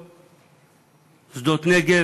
שדות-נגב,